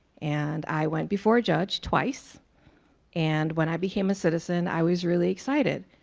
and i went before a judge twice and when i became a citizen i was really excited.